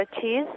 cheese